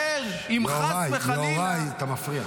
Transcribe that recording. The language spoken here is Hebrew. יוראי, יוראי, אתה מפריע.